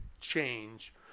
change